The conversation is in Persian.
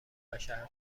بشر